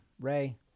Ray